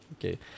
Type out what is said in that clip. Okay